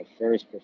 first